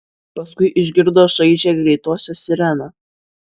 paskui išgirdo šaižią greitosios sireną